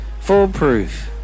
foolproof